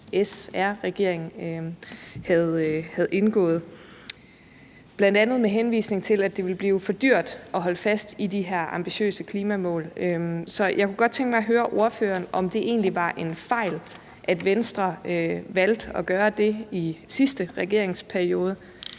SR-regering havde indgået aftale om; det skete bl.a. med henvisning til, at det ville blive for dyrt at holde fast i de her ambitiøse klimamål. Så jeg kunne godt tænke mig at høre ordføreren, om det egentlig var en fejl, at Venstre valgte at gøre det i sidste regeringsperiode